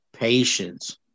Patience